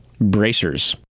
bracers